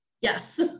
yes